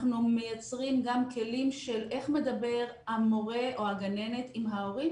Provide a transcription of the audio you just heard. אנחנו מייצרים גם כלים של איך מדברים המורה או הגננת עם הורים.